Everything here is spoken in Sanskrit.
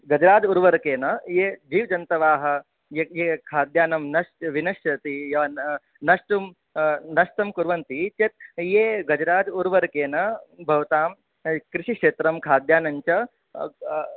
गजराज उर्वरकेन ये द्विजन्तवाः यद्ये खाद्यानां विनश्यति या न नष्टं नष्टं कुर्वन्ति चेत् ये गजराज उर्वरकेन भवतां कृषिक्षेत्रं खाद्यानां च